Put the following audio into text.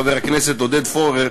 חבר הכנסת עודד פורר,